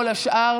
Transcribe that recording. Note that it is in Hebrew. כל השאר